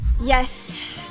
Yes